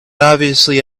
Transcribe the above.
obviously